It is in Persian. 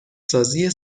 سازی